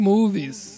Movies